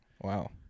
wow